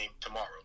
tomorrow